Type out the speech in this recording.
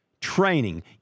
training